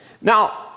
Now